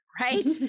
right